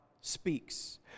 speaks